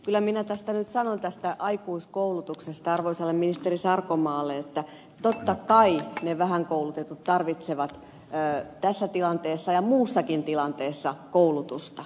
kyllä minä nyt sanon tästä aikuiskoulutuksesta arvoisalle ministeri sarkomaalle että totta kai ne vähän koulutetut tarvitsevat tässä tilanteessa ja muussakin tilanteessa koulutusta